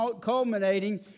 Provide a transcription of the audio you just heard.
culminating